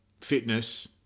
fitness